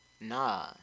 Nah